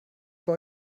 bei